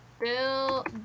Bill